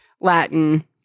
Latin